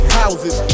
houses